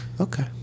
okay